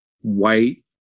white